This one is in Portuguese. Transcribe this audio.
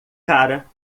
cara